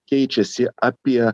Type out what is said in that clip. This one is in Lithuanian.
keičiasi apie